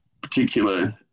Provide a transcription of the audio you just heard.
particular